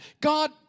God